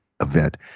event